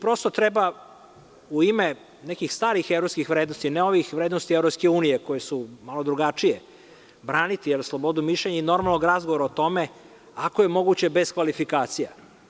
Prosto treba u ime nekih starih evropskih vrednosti, ne ovih vrednosti EU koje su malo drugačije, braniti slobodu mišljenja i normalnog razgovora o tome ako je mogućebez kvalifikacija.